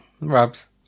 rubs